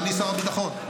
אני שר הביטחון,